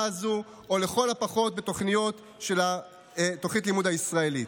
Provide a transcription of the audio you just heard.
הזו או לכל הפחות בתוכניות של מערכת הלימוד הישראלית.